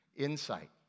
insight